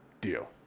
deal